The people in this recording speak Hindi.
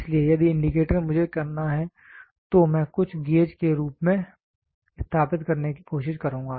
इसलिए यदि इंडिकेटर मुझे करना है तो मैं कुछ गेज के रूप में स्थापित करने की कोशिश करुंगा